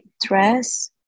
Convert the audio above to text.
dress